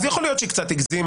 אז יכול להיות שהיא קצת הגזימה,